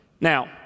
Now